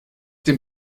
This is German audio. dem